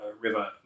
River